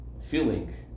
feeling